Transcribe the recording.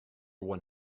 one